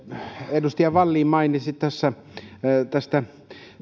edustaja wallin mainitsi tästä